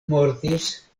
mortis